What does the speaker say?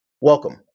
Welcome